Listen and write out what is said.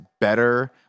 better